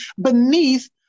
beneath